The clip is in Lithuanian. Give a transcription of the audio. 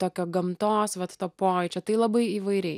tokio gamtos vat to pojūčio tai labai įvairiai